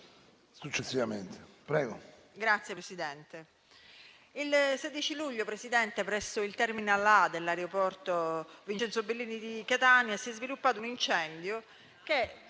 16 luglio 2023, presso il *terminal* A dell'aeroporto "Vincenzo Bellini" di Catania, si è sviluppato un incendio che